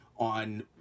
on